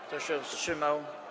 Kto się wstrzymał?